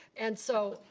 and so,